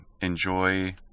enjoy